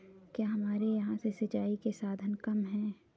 क्या हमारे यहाँ से सिंचाई के साधन कम है?